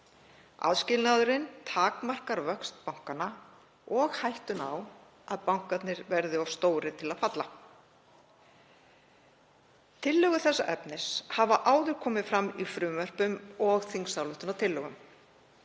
Aðskilnaðurinn takmarkar vöxt bankanna og hættuna á að bankarnir verði of stórir til að falla. Tillögur þessa efnis hafa áður komið fram í frumvörpum og þingsályktunartillögum.